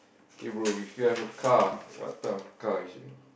okay bro if you have a car what type of car you should